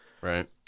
Right